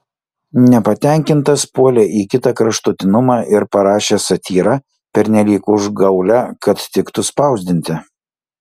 nepatenkintas puolė į kitą kraštutinumą ir parašė satyrą pernelyg užgaulią kad tiktų spausdinti